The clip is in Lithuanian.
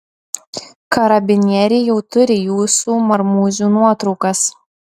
karabinieriai jau turi jūsų marmūzių nuotraukas